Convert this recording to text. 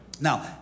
Now